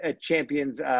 champions